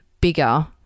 bigger